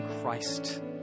Christ